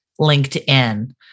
LinkedIn